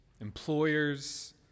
employers